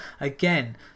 again